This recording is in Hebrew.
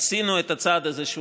עשינו את הצעד הזה,